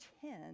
ten